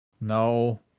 no